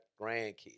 grandkids